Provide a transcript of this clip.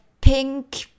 pink